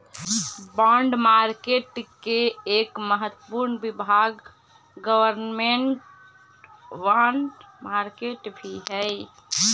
bond market के एक महत्वपूर्ण विभाग गवर्नमेंट बॉन्ड मार्केट भी हइ